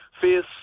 face